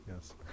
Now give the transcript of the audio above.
Yes